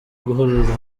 guhuriza